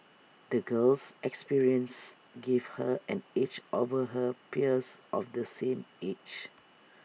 the girl's experiences gave her an edge over her peers of the same age